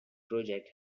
project